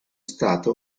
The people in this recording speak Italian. stato